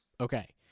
Okay